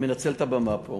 מנצל את הבמה פה